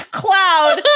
cloud